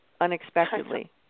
unexpectedly